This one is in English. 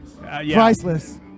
Priceless